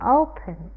open